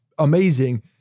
amazing